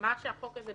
ובא לתקן.